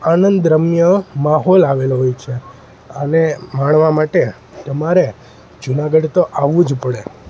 આનંદરમ્ય માહોલ આવેલો હોય છે આને માણવા માટે તમારે જુનાગઢ તો આવવું જ પડે